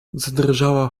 zadrżała